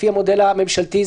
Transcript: לפי המודל הממשלתי,